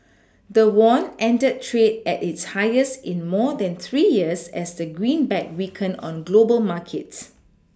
the won ended trade at its highest in more than three years as the greenback weakened on global markets